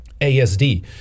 ASD